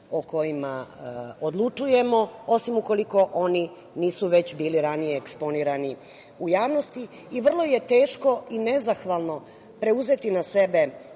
o kojima odlučujemo, osim ukoliko oni nisu već bili ranije eksponirani u javnosti. Vrlo je teško i nezahvalno preuzeti na sebe